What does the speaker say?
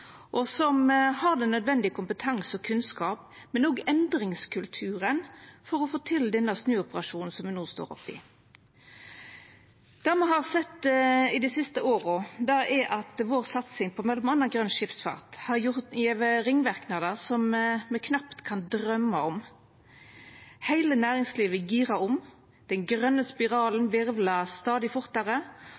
og som har den nødvendige kompetansen og kunnskapen, men òg endringskulturen for å få til den snuoperasjonen me no står oppe i. Det me har sett dei siste åra, er at vår satsing på m.a. grøn skipsfart har gjeve ringverknader som me knapt kunne drøyma om. Heile næringslivet girar om, den grøne spiralen virvlar stadig fortare.